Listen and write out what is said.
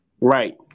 Right